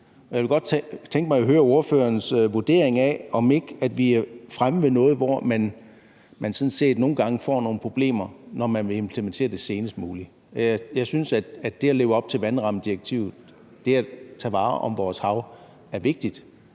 Jeg kunne godt tænke mig at høre ordførerens vurdering af, om ikke vi er fremme ved noget, hvor man sådan set nogle gange får nogle problemer, når man vil implementere det senest muligt. Jeg synes, at det at leve op til vandrammedirektivet og det at tage vare på vores hav er vigtigt.